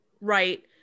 right